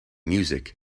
music